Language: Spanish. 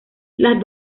las